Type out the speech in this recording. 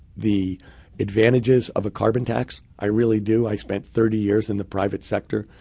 the advantages of a carbon tax, i really do. i spent thirty years in the private sector,